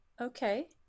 Okay